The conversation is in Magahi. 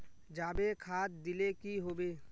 जाबे खाद दिले की होबे?